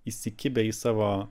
įsikibę į savo